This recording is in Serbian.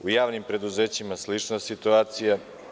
U javnim preduzećima slična situacija.